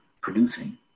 producing